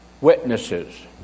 Witnesses